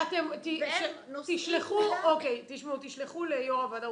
תשלחו ליו"ר הוועדה,